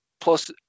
plus